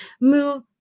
Move